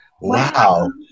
Wow